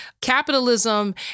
capitalism